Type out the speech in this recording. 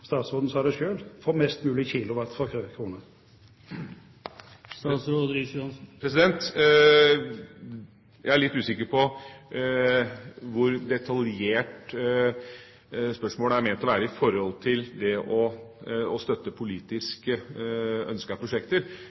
statsråden selv sa det, få mest mulig kilowatt for hver krone? Jeg er litt usikker på hvor detaljert spørsmålet er ment å være når det gjelder å støtte politisk ønskede prosjekter.